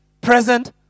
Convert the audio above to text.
present